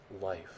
life